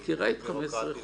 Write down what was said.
את מכירה את ה-15 חודשים.